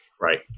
Right